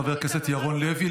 חבר הכנסת ירון לוי.